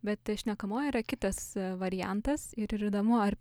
bet šnekamoji yra kitas variantas ir ir įdomu ar